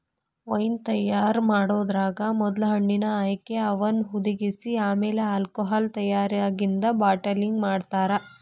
wine ತಯಾರ್ ಮಾಡೋದ್ರಾಗ ಮೊದ್ಲ ಹಣ್ಣಿನ ಆಯ್ಕೆ, ಅವನ್ನ ಹುದಿಗಿಸಿ ಆಮೇಲೆ ಆಲ್ಕೋಹಾಲ್ ತಯಾರಾಗಿಂದ ಬಾಟಲಿಂಗ್ ಮಾಡ್ತಾರ